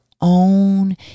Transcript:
own